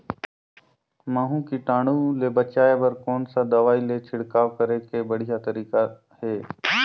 महू कीटाणु ले बचाय बर कोन सा दवाई के छिड़काव करे के बढ़िया तरीका हे?